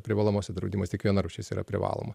privalomasis draudimas tik viena rūšis yra privaloma